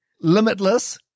Limitless